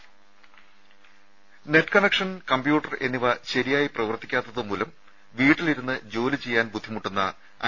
രുമ net connection computer എന്നിവ ശരിയായി പ്രവർത്തിക്കാത്തത് മൂലം വീട്ടിലിരുന്ന് ജോലി ചെയ്യാൻ ബുദ്ധിമുട്ടുന്ന ഐ